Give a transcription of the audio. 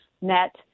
net